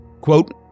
Quote